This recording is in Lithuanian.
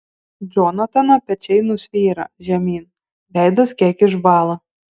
džonatano pečiai nusvyra žemyn veidas kiek išbąla